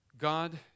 God